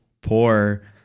poor